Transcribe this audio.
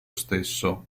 stesso